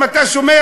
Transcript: אם אתה שומע,